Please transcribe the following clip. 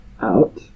out